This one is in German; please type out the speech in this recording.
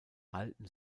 alten